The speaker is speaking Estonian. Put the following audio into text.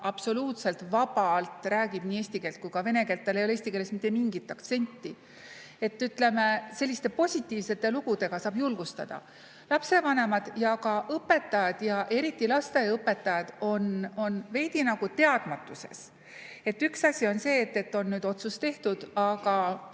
absoluutselt vabalt räägib nii eesti keelt kui ka vene keelt, tal ei ole eesti keeles mitte mingit aktsenti. Ütleme, selliste positiivsete lugudega saab julgustada. Lapsevanemad ja ka õpetajad, eriti lasteaiaõpetajad on veidi nagu teadmatuses. Üks asi on see, et on otsus tehtud, aga